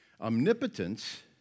Omnipotence